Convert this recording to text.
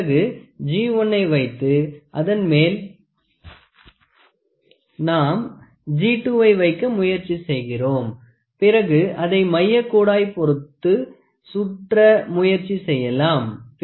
பிறகு G1 னை வைத்து அதன்மேல் நாம் G2 வை வைக்க முயற்சி செய்கிறோம் பிறகு அதை மைய கோடய் பொருத்து சுற்ற முயற்சி செய்யலாம்